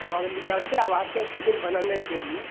हम अब निकलते हैं अब आकर फिलिम बनाने के लिए